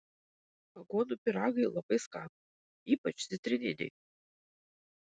aguonų pyragai labai skanūs ypač citrininiai